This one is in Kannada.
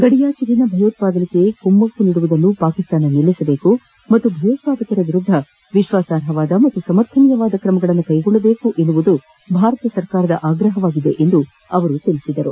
ಗಡಿಯಾಚೆಗಿನ ಭಯೋತಾದನೆಗೆ ಕುಮ್ಮಕ್ಕೂ ನೀಡುವುದನ್ನು ಪಾಕಿಸ್ತಾನ ನಿಲ್ಲಿಸಬೇಕು ಮತ್ತು ಭಯೋತ್ಪಾದಕರ ವಿರುದ್ಗ ವಿಶ್ವಾಸಾರ್ಹ ಮತ್ತು ಸಮರ್ಥನೀಯ ಕ್ರಮಕ್ಕೆಗೊಳ್ಳಬೇಕು ಎನ್ನುವುದು ಭಾರತದ ಆಗ್ರಹವಾಗಿದೆ ಎಂದು ಅವರು ಹೇಳಿದರು